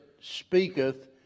speaketh